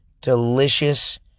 delicious